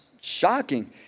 shocking